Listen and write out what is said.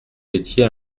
étiez